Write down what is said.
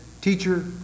teacher